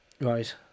right